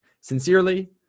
Sincerely